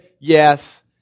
yes